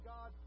God